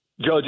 Judge